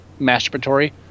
masturbatory